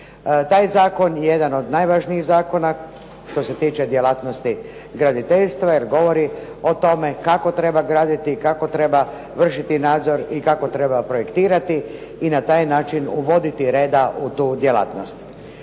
Taj zakon je jedan od najvažnijih zakona što se tiče djelatnosti graditeljstva, jer govori o tome kako treba graditi, kako treba vršiti nadzor i kako treba projektirati i na taj način uvoditi reda u tu djelatnost.